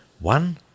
One